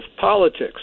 politics